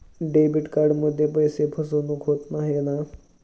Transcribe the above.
Debit कार्डमध्ये पैसे फसवणूक होत नाही ना?